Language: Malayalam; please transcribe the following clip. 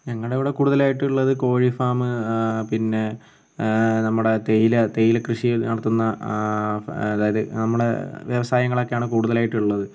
ഞങ്ങളുടെ ഇവിടെ കൂടുതലായിട്ട് ഉള്ളത് കോഴി ഫാമ് പിന്നെ നമ്മുടെ തേയില തേയില കൃഷി നടത്തുന്ന അതായത് നമ്മളെ വ്യവസായങ്ങളൊക്കെ ആണ് കൂടുതലായിട്ട് ഉള്ളത്